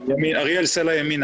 אריאל סלע מימינה.